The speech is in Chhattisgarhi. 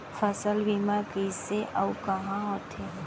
फसल बीमा कइसे अऊ कहाँ होथे?